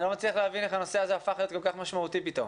אני לא מצליח להבין איך הנושא הזה הפך להיות כל כך משמעותי פתאום.